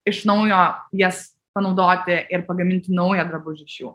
iš naujo jas panaudoti ir pagaminti naują drabužį iš jų